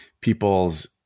people's